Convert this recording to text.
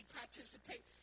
participate